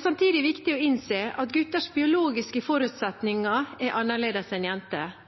Samtidig er det viktig å innse at gutters biologiske forutsetninger er annerledes enn